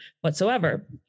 whatsoever